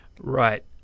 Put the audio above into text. Right